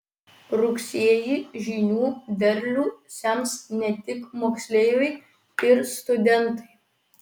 rugsėjį žinių derlių sems ne tik moksleiviai ir studentai